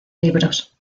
libros